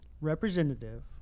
representative